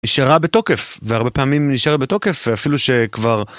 נשארה בתוקף, והרבה פעמים נשארה בתוקף אפילו שכבר...